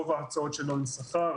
רוב ההוצאות שלו הן שכר.